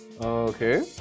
Okay